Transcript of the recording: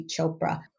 Chopra